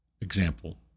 example